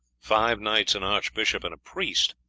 five knights, an archbishop and priest,